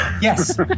Yes